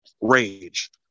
rage